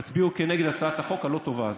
תצביעו נגד הצעת החוק הלא-טובה הזאת.